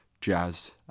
jazz